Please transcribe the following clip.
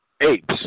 apes